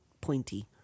pointy